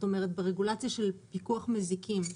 ברגולציה של פיקוח מזיקים.